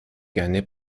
gerne